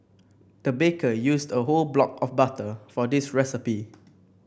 the baker used a whole block of butter for this recipe